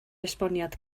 esboniad